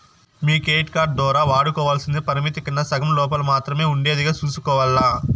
మీ credit card దోరా వాడుకోవల్సింది పరిమితి కన్నా సగం లోపల మాత్రమే ఉండేదిగా సూసుకోవాల్ల